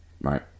right